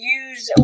use